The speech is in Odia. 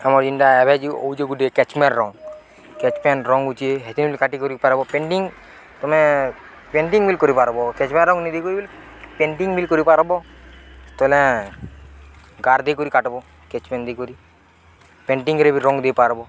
ଆମ ଇଣ୍ଡା ଏଭେଜି ଉଉଚ ଗୁଟେ କେଚ୍ପେନ୍ ରଙ୍ଗ କେଚ୍ପେନ୍ ରଙ୍ଗଉଚି ହେଥି ବୋଲି କାଟି କରି ପାର୍ବ ପେଣ୍ଟିଂ ତମେ ପେଣ୍ଟିଂ ବିଲ୍ କରିପାର୍ବ କେଚ୍ପେନ୍ ରଙ୍ଗ ନି ଦେଇକି ବୋଲି ପେଣ୍ଟିଂ ବିଲ୍ କରିପାର୍ବ ତାହେଲେ ଗାର୍ ଦେଇକରି କାଟ୍ବ କେଚ୍ପେନ୍ ଦେଇକରି ପେଣ୍ଟିଂରେ ବି ରଙ୍ଗ ଦେଇ ପାର୍ବ